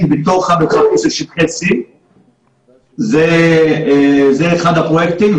בתוך המרחבים של שטחי C. זה אחד הפרויקטים.